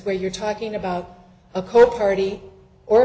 where you're talking about a core party or